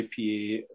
IPA